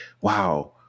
wow